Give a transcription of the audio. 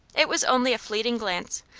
it was only a fleeting glance,